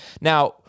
Now